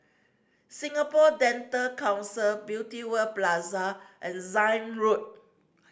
Singapore Dental Council Beauty World Plaza and Zion Road